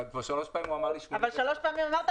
אבל כבר שלוש פעמים הוא אמר לי -- אבל שלוש פעמים אמרת